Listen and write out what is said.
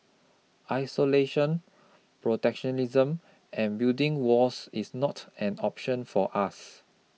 isolation protectionism and building walls is not an option for us